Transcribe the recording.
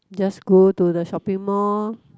just go to the shopping mall